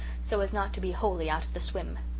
so as not to be wholly out of the swim.